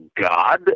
God